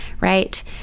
right